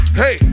hey